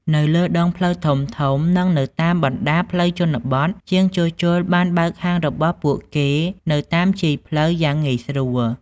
នៅលើដងផ្លូវធំៗ និងនៅតាមបណ្តាផ្លូវជនបទ ជាងជួសជុលបានបើកហាងរបស់ពួកគេនៅតាមជាយផ្លូវយ៉ាងងាយស្រួល។